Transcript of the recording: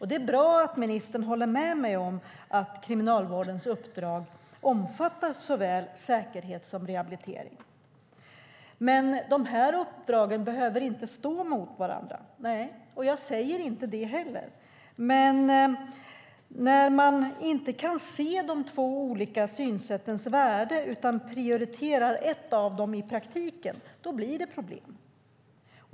Det är bra att ministern håller med mig om att Kriminalvårdens uppdrag omfattar såväl säkerhet som rehabilitering. Men dessa uppdrag behöver inte stå emot varandra. Nej, och jag säger inte det heller. Men när man inte kan se de två olika synsättens värde utan prioriterar ett av dem i praktiken blir det problem.